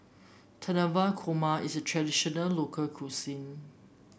Korma is a traditional local cuisine